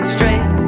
Straight